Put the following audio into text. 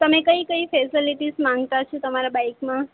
તમે કઈ કઈ ફેસએલિટીસ માંગો છો તમારા બાઈકમાં